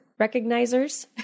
recognizers